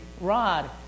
rod